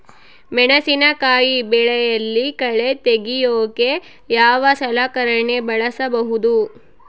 ಮೆಣಸಿನಕಾಯಿ ಬೆಳೆಯಲ್ಲಿ ಕಳೆ ತೆಗಿಯೋಕೆ ಯಾವ ಸಲಕರಣೆ ಬಳಸಬಹುದು?